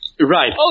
Right